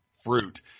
fruit